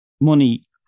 money